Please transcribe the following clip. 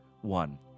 One